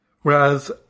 Whereas